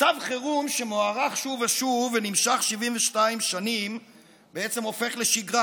מצב חירום שמוארך שוב ושוב ונמשך 72 שנים בעצם הופך לשגרה,